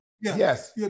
Yes